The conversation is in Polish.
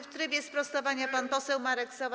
W trybie sprostowania pan poseł Marek Sowa.